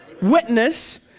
Witness